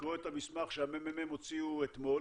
לקרוא את המסמך שמרכז המחקר והמידע הוציא אתמול.